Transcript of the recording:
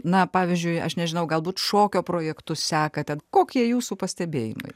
na pavyzdžiui aš nežinau galbūt šokio projektus sekate kokie jūsų pastebėjimai